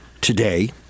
today